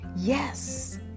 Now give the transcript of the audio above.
Yes